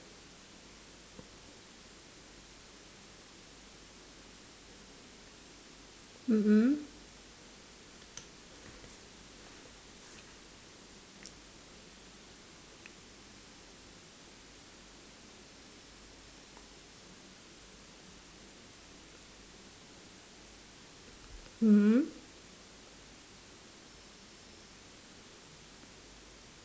mm mm mmhmm